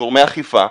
גורמי אכיפה,